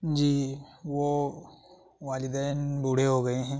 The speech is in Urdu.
جی جی وہ والدین بوڑھے ہو گئے ہیں